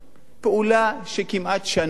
פעולה שכמעט שנה לוקחת.